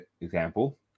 example